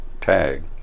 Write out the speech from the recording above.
tag